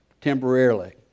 temporarily